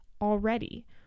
already